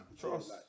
Trust